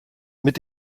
mit